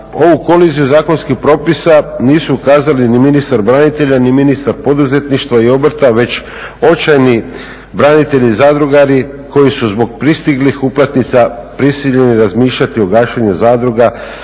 ovu … zakonskih propisa nisu ukazali ni ministar branitelja ni ministar poduzetništva i obrta već očajni branitelji zadrugari koji su zbog pristiglih uplatnica prisiljeni razmišljati o gašenju zadruga,